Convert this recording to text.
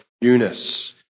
Eunice